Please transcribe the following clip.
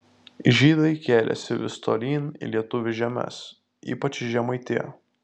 žydai kėlėsi vis tolyn į lietuvių žemes ypač į žemaitiją